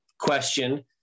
question